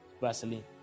Vaseline